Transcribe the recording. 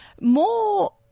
More